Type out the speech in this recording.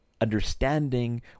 understanding